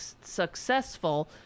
successful